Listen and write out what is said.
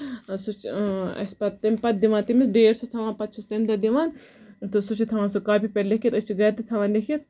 سُہ چھُ اَسہِ پَتہٕ تَمہِ پَتہٕ دِوان تٔمِس بیٚیہِ اوسُس تھاوان پَتہٕ چھِس تَمہِ دۄہ دِوان تہٕ سُہ چھُ تھاوان سُہ کاپی پٮ۪ٹھ لیٖکھِتھ أسۍ چھِ گرِ تہِ تھاوان لیٖکھِتھ